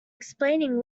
explaining